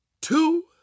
two